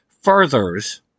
furthers